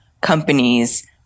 companies